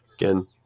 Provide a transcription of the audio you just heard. again